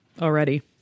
already